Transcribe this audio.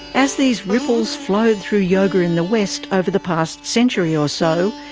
as these ripples flowed through yoga in the west over the past century or so,